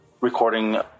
recording